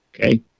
Okay